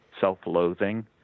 self-loathing